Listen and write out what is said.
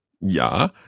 Ja